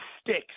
sticks